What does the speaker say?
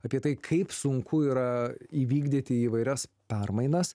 apie tai kaip sunku yra įvykdyti įvairias permainas